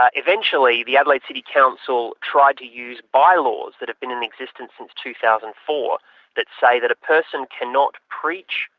ah eventually the adelaide city council tried to use bylaws that have been in existence since two thousand and four that say that a person cannot preach,